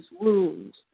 wounds